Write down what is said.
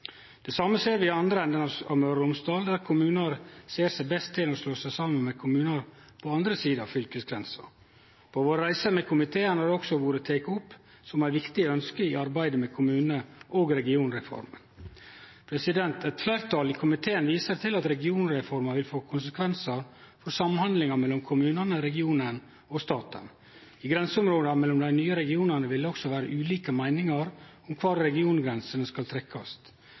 Det same ser vi i andre enden av Møre og Romsdal, der kommunar ser seg best tente med å slå seg saman med kommunar på den andre sida av fylkesgrensa. På våre reiser med komiteen har dette også vore teke opp som eit viktig ønske i arbeidet med kommune- og regionreforma. Eit fleirtal i komiteen viser til at regionreforma vil få konsekvensar for samhandlinga mellom kommunane, regionen og staten. I grenseområda mellom dei nye regionane vil det også vere ulike meiningar om kvar regiongrensene skal